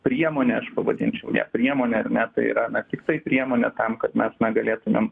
priemonė aš pavadinčiau ją priemone ar ne tai yra tiktai priemonė tam kad mes galėtumėm